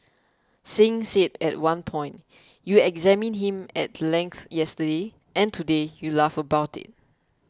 Singh said at one point you examined him at length yesterday and today you laugh about it